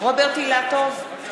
רוברט אילטוב,